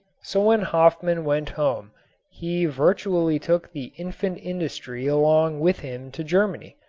so when hofmann went home he virtually took the infant industry along with him to germany,